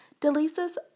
Delisa's